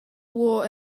wore